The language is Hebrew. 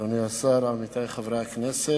אדוני השר, עמיתי חברי הכנסת,